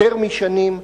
יותר משנים.